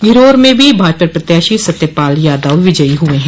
घिरोर में भी भाजपा प्रत्याशी सत्यपाल यादव विजयी हुये हैं